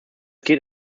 geht